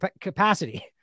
capacity